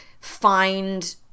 find